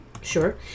sure